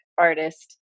artist